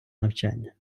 навчання